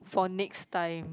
for next time